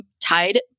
tied